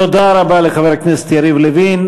תודה רבה לחבר הכנסת יריב לוין.